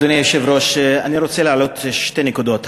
אדוני היושב-ראש, אני רוצה להעלות שתי נקודות.